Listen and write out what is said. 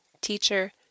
teacher